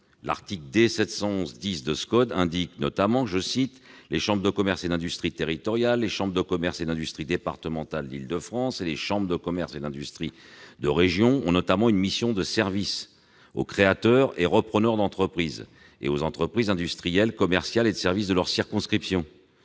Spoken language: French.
l'article D. 711-10 du code de commerce dispose :« Les chambres de commerce et d'industrie territoriales, les chambres de commerce et d'industrie départementales d'Île-de-France et les chambres de commerce et d'industrie de région ont notamment une mission de service aux créateurs et repreneurs d'entreprises et aux entreprises industrielles, commerciales et de services de leur circonscription.